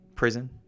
prison